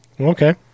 Okay